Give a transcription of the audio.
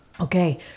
Okay